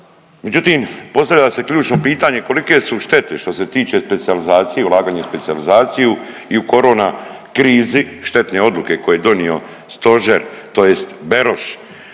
međutim postavlja se ključno pitanje kolike su štete što se tiče specijalizacije, ulaganje u specijalizaciju i u korona krizi, štetne odluke koje je donio stožer tj. Beroš